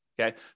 okay